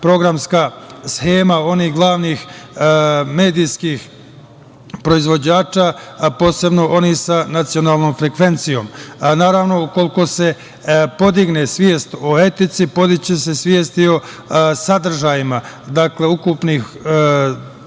programska shema onih glavnih medijskih proizvođača, a posebno onih sa nacionalnom frekvencijom. Naravno, ukoliko se podigne svest o etici, podići će se i svest o sadržajima ukupnih